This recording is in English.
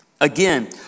Again